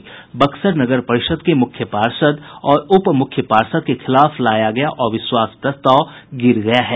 बक्सर नगर परिषद् के मुख्य पार्षद् और उप मुख्य पार्षद् के खिलाफ लाया गया अविश्वास प्रस्ताव गिर गया है